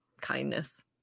kindness